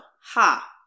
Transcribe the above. ha